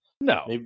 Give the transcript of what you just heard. No